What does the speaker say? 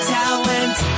talent